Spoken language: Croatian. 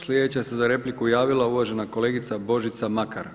Sljedeća se za repliku javila uvažena kolegica Božica Makar.